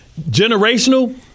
generational